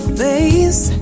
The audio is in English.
face